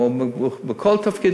או בכל תפקיד,